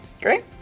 great